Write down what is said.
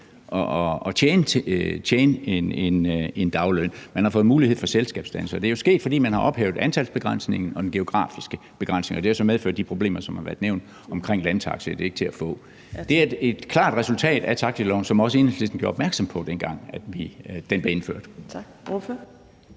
at tjene en dagløn. Man har fået mulighed for selskabsdannelse, og det er jo sket, fordi man har ophævet antalsbegrænsningen og den geografiske begrænsning, og det har så medført de problemer, som er blevet nævnt, med, at landtaxier ikke er til at få. Det er et klart resultat af taxiloven, som også Enhedslisten gjorde opmærksom på, dengang den blev indført.